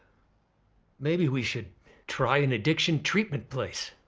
maybe we should try an addiction treatment place.